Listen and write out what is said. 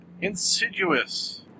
Insidious